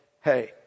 hey